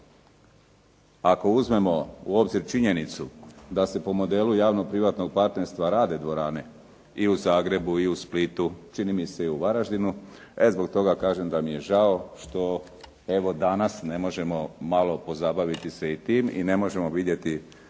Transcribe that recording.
Ako uzmemo u obzir činjenicu da se po modelu javnog privatnog partnerstva rade dvorane i u Zagrebu i u Splitu, čini mi se i u Varaždinu, e zbog toga kažem da mi je žao što evo danas ne možemo malo pozabaviti se i tim i ne možemo vidjeti